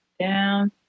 down